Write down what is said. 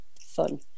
fun